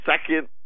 second